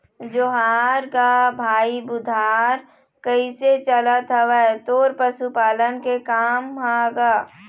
जोहार गा भाई बुधार कइसे चलत हवय तोर पशुपालन के काम ह गा?